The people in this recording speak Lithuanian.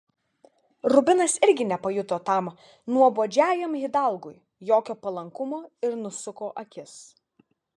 rubinas irgi nepajuto tam nuobodžiajam hidalgui jokio palankumo ir nusuko akis